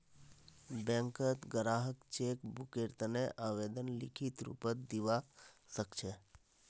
बैंकत ग्राहक चेक बुकेर तने आवेदन लिखित रूपत दिवा सकछे